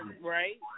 right